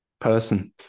person